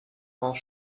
maus